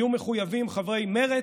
יהיו מחויבים חברי מרצ,